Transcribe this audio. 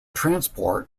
transport